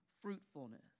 fruitfulness